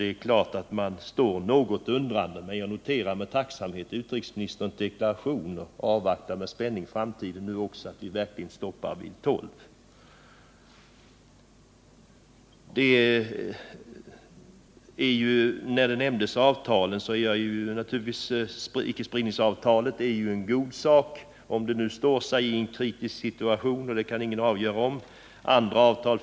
Det är klart att detta gör att man blir undrande, men jag noterar med tacksamhet utrikesministerns deklaration och avvaktar med spänning framtiden och hoppas att man nu verkligen stoppar vid tolv. Icke-spridningsavtalet är naturligtvis en god sak, om det nu står sig i en kritisk situation — detta kan ingen nu avgöra.